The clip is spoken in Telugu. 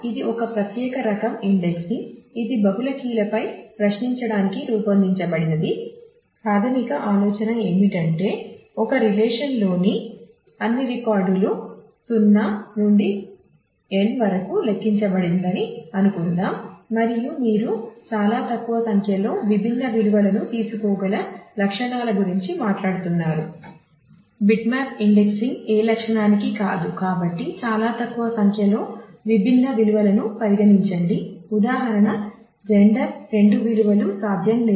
ఇది ఒక ప్రత్యేక రకం ఇండెక్సింగ్ ఇది బహుళ కీలపై ప్రశ్నించడానికి రూపొందించబడింది ప్రాథమిక ఆలోచన ఏమిటంటే ఒక రిలేషన్ లోని అన్ని రికార్డులు 0 నుండి n వరకు లెక్కించబడిందని అనుకుందాం మరియు మీరు చాలా తక్కువ సంఖ్యలో విభిన్న విలువలను తీసుకోగల లక్షణాల గురించి మాట్లాడుతున్నారు